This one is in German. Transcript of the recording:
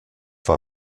war